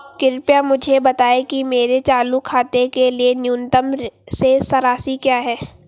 कृपया मुझे बताएं कि मेरे चालू खाते के लिए न्यूनतम शेष राशि क्या है